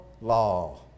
law